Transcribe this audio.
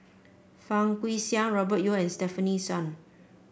Fang Guixiang Robert Yeo and Stefanie Sun